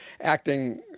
acting